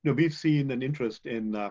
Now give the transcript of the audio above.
we've seen an interest in